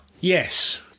Yes